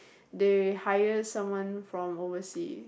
they hire someone from oversea